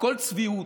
הכול צביעות.